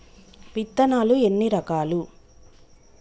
విత్తనాలు ఎన్ని రకాలు?